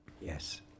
Yes